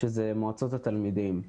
שזה מועצות התלמידים.